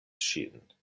ŝin